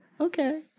okay